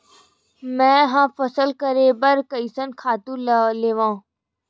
मैं ह फसल करे बर कइसन खातु लेवां?